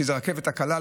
שזה הרכבת הקלה.